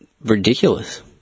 ridiculous